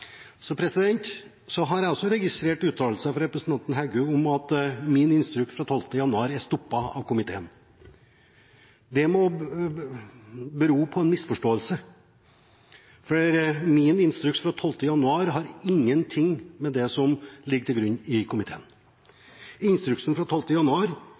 Så har jeg også registrert uttalelsen fra representanten Heggø om at min instruks fra 12. januar er stoppet av komiteen. Det må bero på en misforståelse. Min instruks fra 12. januar har ingenting å gjøre med det som ligger til grunn i komiteen. Instruksen fra 12. januar